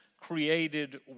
created